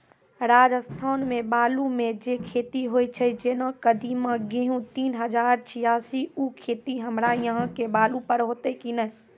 राजस्थान मे बालू मे जे खेती होय छै जेना कदीमा, गेहूँ तीन हजार छियासी, उ खेती हमरा यहाँ के बालू पर होते की नैय?